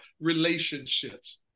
relationships